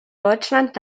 deutschland